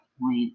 point